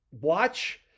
watch